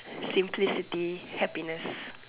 simplicity happiness